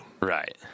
Right